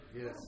Yes